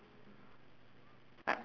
I